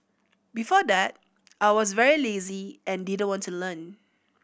before that I was very lazy and didn't want to learn